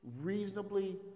reasonably